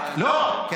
נלך לפוליגרף.